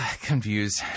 confused